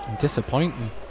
Disappointing